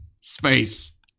Space